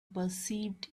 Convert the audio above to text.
perceived